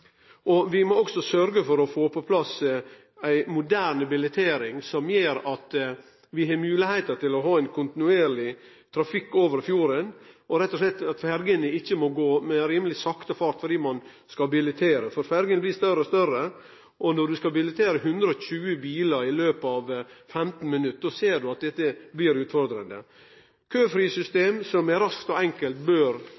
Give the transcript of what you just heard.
plass eit moderne billetteringssystem som gjer at vi har moglegheiter til å ha ein kontinuerleg trafikk over fjorden og slik at ferjene ikkje må gå med sakte fart fordi ein skal billettere. Ferjene blir større og større, og når ein skal billettere 120 bilar i løpet av 15 minutt, ser ein at dette blir utfordrande.